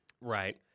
Right